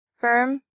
firm